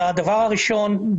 הדבר הראשון,